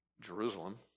Jerusalem